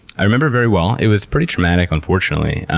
i remember it very well. it was pretty traumatic, unfortunately.